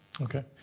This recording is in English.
Okay